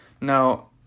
Now